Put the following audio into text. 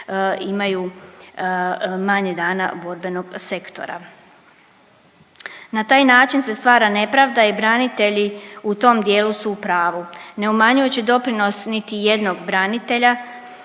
imaju manje dana borbenog sektora. Na taj način se stvara nepravda i branitelji u tom dijelu su u pravu. Ne umanjujući doprinos niti jednog branitelja